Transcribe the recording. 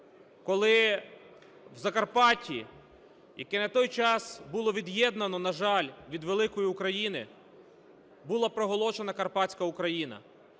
коли в Закарпатті, яке на той час було від'єднано, на жаль, від Великої України, була проголошена Карпатська Україна.